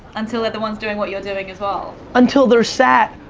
until they're the ones doing what you're doing as well. until they're sad.